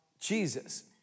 Jesus